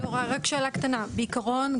בעקרון,